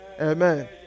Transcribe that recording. Amen